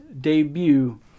debut